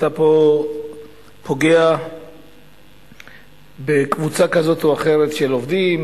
אתה פה פוגע בקבוצה כזאת או אחרת של עובדים,